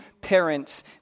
parents